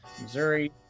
Missouri